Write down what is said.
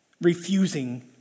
refusing